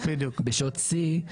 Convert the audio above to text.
בשעות שיא,